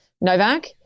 Novak